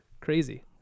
Crazy